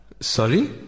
Sorry